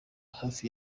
hafi